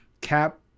Cap